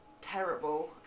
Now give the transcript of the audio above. terrible